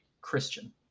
Christian